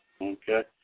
Okay